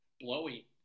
Blowy